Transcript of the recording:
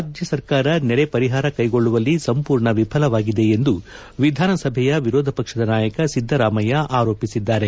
ರಾಜ್ಯ ಸರ್ಕಾರ ನೆರೆ ಪರಿಹಾರ ಕೈಗೊಳ್ಳುವಲ್ಲಿ ಸಂಪೂರ್ಣ ವಿಫಲವಾಗಿದೆ ಎಂದು ವಿಧಾನಸಭೆ ವಿರೋಧ ಪಕ್ಷದ ನಾಯಕ ಸಿದ್ದರಾಮಯ್ಯ ಆರೋಪಿಸಿದ್ದಾರೆ